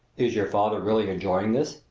is your father really enjoying this?